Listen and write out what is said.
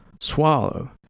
swallow